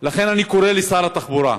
לכן אני קורא לשר התחבורה: